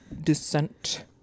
descent